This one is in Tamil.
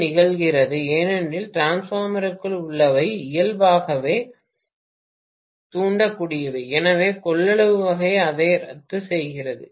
இது நிகழ்கிறது ஏனென்றால் டிரான்ஸ்பார்மருக்குள் உள்ளவை இயல்பாகவே தூண்டக்கூடியவை எனவே கொள்ளளவு வகை அதை ரத்து செய்கிறது